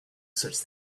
such